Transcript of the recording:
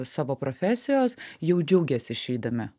savo profesijos jau džiaugias išeidami